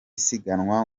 siganwa